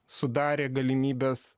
sudarė galimybes